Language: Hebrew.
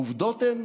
העובדות הן